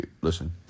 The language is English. Listen